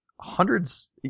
hundreds